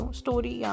story